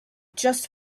just